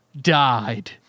died